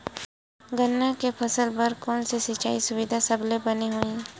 गन्ना के फसल बर कोन से सिचाई सुविधा सबले बने होही?